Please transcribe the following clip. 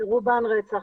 רובם רצח.